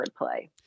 wordplay